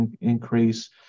increase